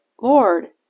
Lord